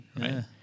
Right